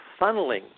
funneling